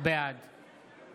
בעד